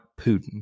Putin